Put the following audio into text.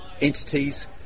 entities